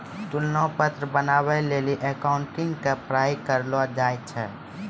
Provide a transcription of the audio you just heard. तुलना पत्र बनाबै लेली अकाउंटिंग के पढ़ाई करलो जाय छै